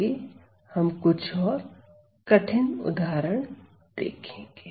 आगे हम कुछ और कठिन उदाहरणों को देखेंगे